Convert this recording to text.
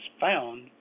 found